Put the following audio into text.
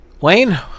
Wayne